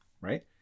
Right